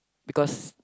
because